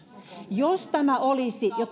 jos tämä olisi jo